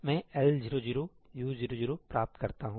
मैं L00 U00 प्राप्त करता हूं